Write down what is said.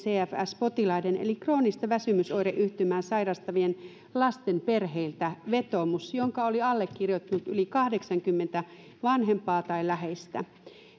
cfs potilaiden eli kroonista väsymysoireyhtymää sairastavien lasten perheiltä vetoomus jonka oli allekirjoittanut yli kahdeksankymmentä vanhempaa tai läheistä